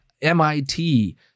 MIT